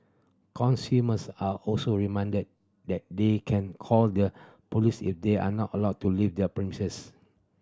consumers are also reminded that they can call the police if they are not allowed to leave their princes